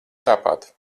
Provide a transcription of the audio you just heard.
tāpat